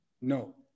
No